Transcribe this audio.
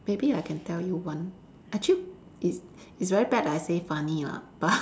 maybe I can tell you one actually it's it's very bad that I say funny lah but